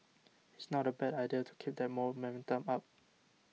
it's not a bad idea to keep that momentum up